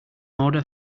order